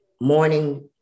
morning